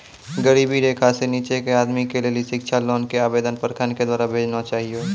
गरीबी रेखा से नीचे के आदमी के लेली शिक्षा लोन के आवेदन प्रखंड के द्वारा भेजना चाहियौ?